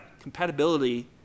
compatibility